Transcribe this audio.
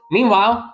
Meanwhile